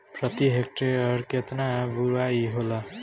प्रति हेक्टेयर केतना बुआई होला?